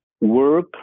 work